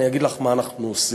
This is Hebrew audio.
אני אגיד לך מה אנחנו עושים.